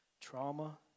trauma